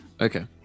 Okay